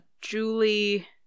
Julie